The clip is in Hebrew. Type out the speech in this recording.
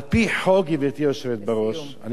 על-פי חוק, גברתי היושבת בראש, לסיום.